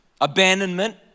abandonment